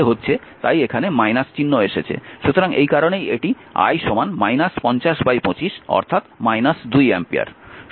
সুতরাং এই কারণেই এটি i 50 25 অর্থাৎ 2 অ্যাম্পিয়ার